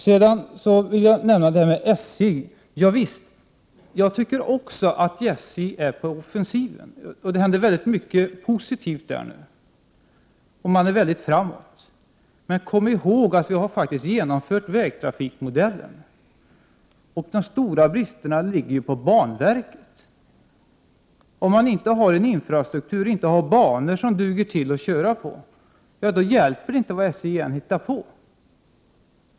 Sedan vill jag ta upp frågan om SJ. Jag tycker också att SJ är på offensiven. Det händer väldigt mycket positivt inom SJ nu — man är väldigt framåt. Men kom ihåg att vi har genomfört vägtrafikmodellen! De stora bristerna ligger ju på banverket. Om man inte har en infrastruktur, dvs. om man inte har banor som duger att köra på, då hjälper det inte vad SJ än hittar på.